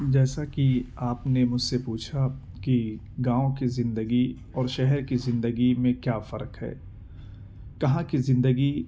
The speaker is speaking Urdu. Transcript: جیسا کہ آپ نے مجھ سے پوچھا کہ گاؤں کی زندگی اور شہر کی زندگی میں کیا فرق ہے کہاں کی زندگی